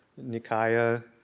Nikaya